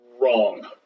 Wrong